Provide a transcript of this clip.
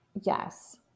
Yes